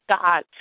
God